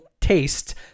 taste